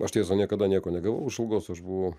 aš tiesa niekada nieko negavau iš algos aš buvau